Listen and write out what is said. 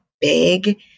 big